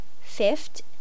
Fifth